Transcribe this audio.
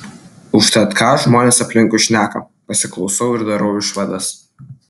užtat ką žmonės aplinkui šneka pasiklausau ir darau išvadas